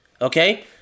okay